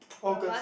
August